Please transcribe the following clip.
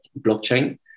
blockchain